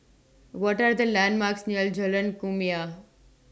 What Are The landmarks near Jalan Kumia